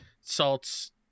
salts